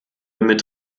mit